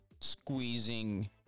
squeezing